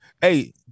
Hey